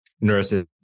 nurses